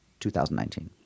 2019